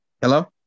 Hello